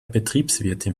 betriebswirtin